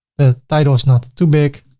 the title is not too big.